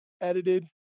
edited